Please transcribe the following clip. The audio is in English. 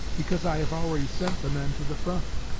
because i have already sent the men to the front.